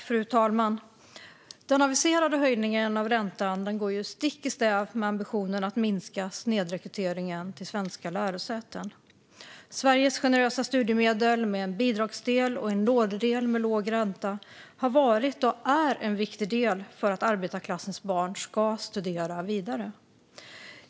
Fru talman! Den aviserade höjningen av räntan går stick i stäv med ambitionen att minska snedrekryteringen till svenska lärosäten. Sveriges generösa studiemedel, med en bidragsdel och en lånedel med låg ränta, har varit och är en viktig del för att arbetarklassens barn ska studera vidare.